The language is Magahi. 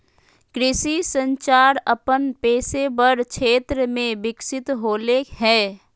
कृषि संचार अपन पेशेवर क्षेत्र में विकसित होले हें